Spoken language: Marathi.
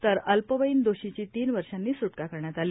तर अल्पवयीन दोषीची तीन वर्षांनी सुटका करण्यात आली